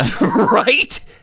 Right